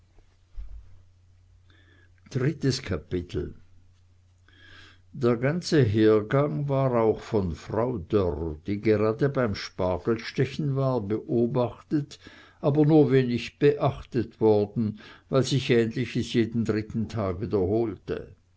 drittes kapitel der ganze hergang war auch von frau dörr die gerade beim spargelstechen war beobachtet aber nur wenig beachtet worden weil sich ähnliches jeden dritten tag wiederholte